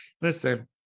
Listen